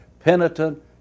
penitent